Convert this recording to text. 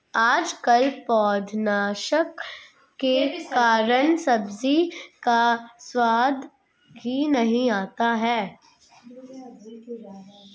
आजकल पौधनाशक के कारण सब्जी का स्वाद ही नहीं आता है